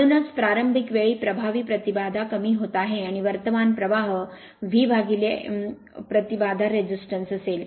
म्हणूनच प्रारंभिक वेळी प्रभावी प्रतिबाधा कमी होत आहे आणि वर्तमान प्रवाह V प्रतिबाधा असेल